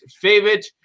favorite